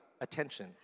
attention